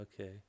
Okay